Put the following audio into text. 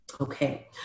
Okay